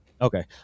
Okay